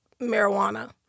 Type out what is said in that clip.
marijuana